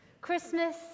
Christmas